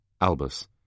Albus